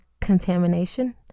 contamination